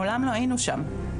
מעולם לא היינו שם,